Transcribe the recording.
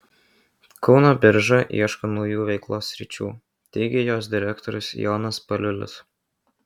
kauno birža ieško naujų veiklos sričių teigė jos direktorius jonas paliulis